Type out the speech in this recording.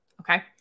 Okay